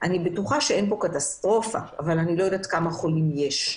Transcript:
בטוחה שאין פה קטסטרופה אבל אני לא יודעת כמה חולים יש.